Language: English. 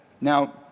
Now